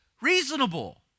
reasonable